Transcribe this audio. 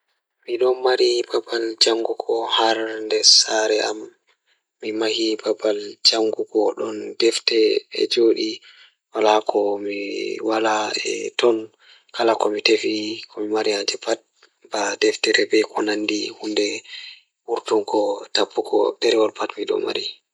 Miɗon mari babal jangugo haar So tawii miɗo waɗa jaɓde kala ngal ɗiɗi, mi waɗataa jaɓde heɓde bibliotheeke ngal e deftere ɗiɗi kala waɗaaɗe. Ko ndee, deftere ɗe o waɗataa waɗi ngam njiddaare ngal hakillo e ngal rewɓe. Miɗo waawataa waɗude ndaarndude ngal leydi e ndinɗal ngal waɗtude e deftere ɗiɗi ɗum ngal rewɓe ngal waɗa waɗude ngal fiyaangu